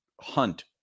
hunt